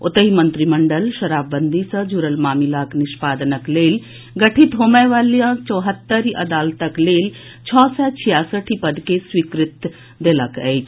ओतहि मंत्रिमंडल शराबबंदी सँ जुड़ल मामिलाक निष्पादनक लेल गठित होबय वाला चौहत्तरि अदालतक लेल छओ सय छियासठि पद के स्वीकृति देलक अछि